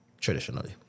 traditionally